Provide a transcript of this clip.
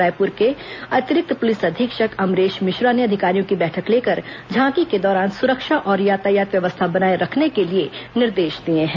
रायपुर के अतिरिक्त पुलिस अधीक्षक अमरेश मिश्रा ने अधिकारियों की बैठक लेकर झांकी के दौरान सुरक्षा और यातायात व्यवस्था बनाए रखने के लिए निर्देश दिए हैं